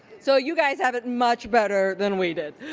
so you guys have it much better than we did.